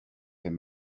him